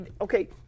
Okay